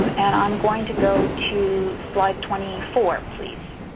and i'm going to go to slide twenty four, please.